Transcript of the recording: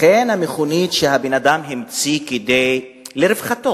לכן המכונית שהאדם המציא לרווחתו